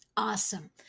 Awesome